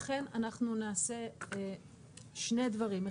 לכן אנחנו נעשה שני דברים.